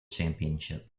championship